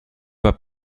pas